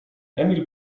emil